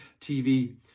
TV